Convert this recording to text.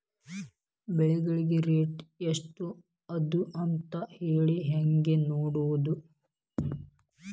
ಬೆಳೆಗಳ ರೇಟ್ ಎಷ್ಟ ಅದ ಅಂತ ಹೇಳಿ ಹೆಂಗ್ ನೋಡುವುದು?